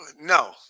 no